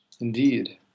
Indeed